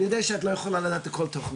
אני יודע שאת לא יכולה לדעת על כל תוכנית,